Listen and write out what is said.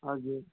हजुर